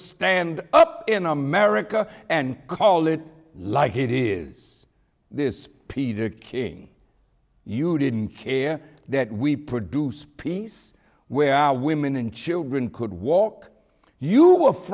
stand up in america and call it like it is this predict king you didn't care that we produce peace where our women and children could walk you